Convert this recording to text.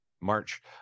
March